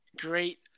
great